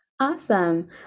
awesome